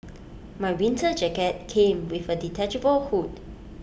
my winter jacket came with A detachable hood